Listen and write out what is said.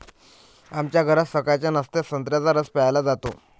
आमच्या घरात सकाळच्या नाश्त्यात संत्र्याचा रस प्यायला जातो